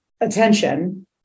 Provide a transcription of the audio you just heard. attention